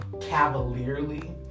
cavalierly